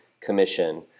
commission